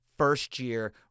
First-year